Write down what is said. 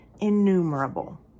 innumerable